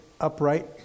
upright